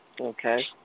Okay